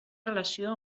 relació